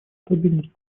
стабильность